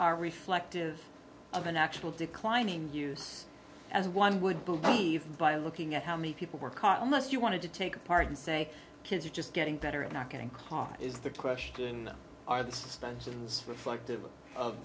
are reflective of an actual declining use as one would believe by looking at how many people were caught unless you wanted to take part and say kids are just getting better at not getting caught is the question are the suspens